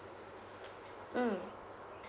mm